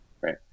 Right